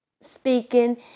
speaking